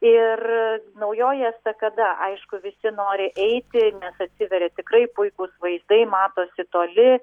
ir naujoji estakada aišku visi nori eiti nes atsiveria tikrai puikūs vaizdai matosi toli